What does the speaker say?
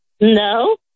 No